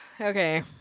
Okay